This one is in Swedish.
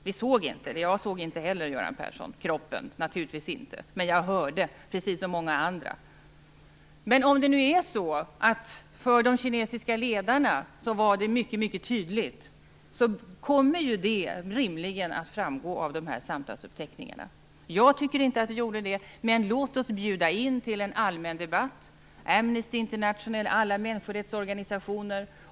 Vi såg inte kroppen Göran Persson, och jag såg den naturligtvis inte heller, men jag hörde precis som många andra. Om det nu var så att det var mycket tydligt för de kinesiska ledarna, så kommer det rimligen att framgå av samtalsuppteckningarna. Jag tycker inte att det gjorde det. Men låt oss till en allmän debatt bjuda in Amnesty International och alla människorättsorganisationer!